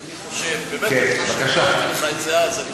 אני חושב, אני אמרתי לך את זה אז, בבקשה.